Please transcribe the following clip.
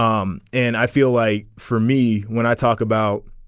um and i feel like for me when i talk about.